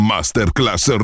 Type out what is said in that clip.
Masterclass